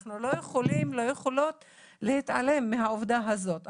אנחנו לא יכולים להתעלם מהעובדה הזאת.